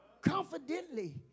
confidently